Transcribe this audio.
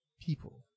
people